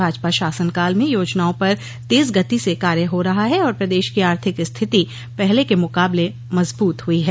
भाजपा शासनकाल में योजनाओं पर तेज गति से कार्य हो रहा है और प्रदेश की आर्थिक स्थिति पहले के मुकाबले मजबूत हुई है